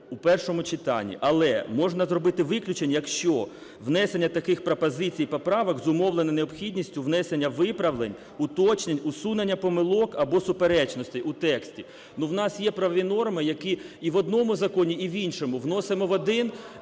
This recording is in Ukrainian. в першому читанні. Але можна зробити виключення, якщо внесення таких пропозицій і поправок зумовлено необхідністю внесення виправлень, уточнень, усунення помилок або суперечностей у тексті. Но у нас є правові норми, які і в одному законі, і в іншому. Вносимо в один,